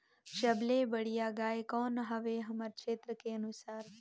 सबले बढ़िया गाय कौन हवे हमर क्षेत्र के अनुसार?